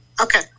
okay